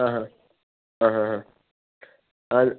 അഹാ ആ ഹാ ഹാ ആണ്